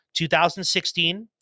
2016